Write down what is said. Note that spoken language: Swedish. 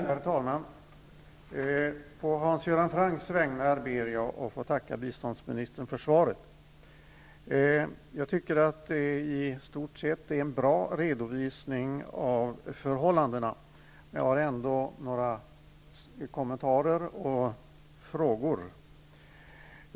Herr talman! Å Hans Göran Francks vägnar ber jag att få tacka biståndsministern för svaret. Jag tycker att det i stort sett är en bra redovisning av förhållandena men jag har ändå några kommentarer och frågor.